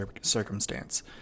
circumstance